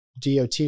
DOT